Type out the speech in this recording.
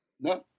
No